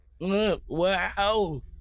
Wow